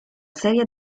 serie